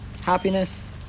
happiness